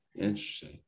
Interesting